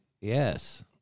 yes